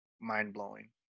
mind-blowing